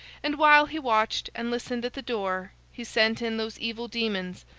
and while he watched and listened at the door, he sent in those evil demons,